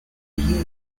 year